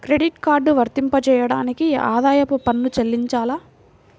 Credit card వర్తింపజేయడానికి ఆదాయపు పన్ను చెల్లించాలా?